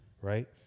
Right